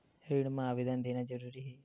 ऋण मा आवेदन देना जरूरी हे?